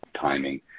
timing